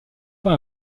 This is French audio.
pas